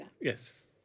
Yes